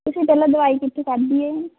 ਤੁਸੀਂ ਪਹਿਲਾਂ ਦਵਾਈ ਕਿੱਥੇ ਖਾਧੀ ਏ